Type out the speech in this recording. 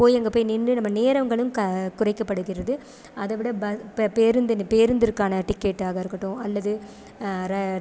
போய் அங்கே போய் நின்று நம்ம நேரங்களும் க குறைக்கப்படுகிறது அதைவிட ப இப்போ பேருந்துனு பேருந்திற்கான டிக்கெட்டாக இருக்கட்டும் அல்லது ர